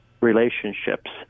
relationships